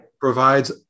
provides